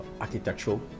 architectural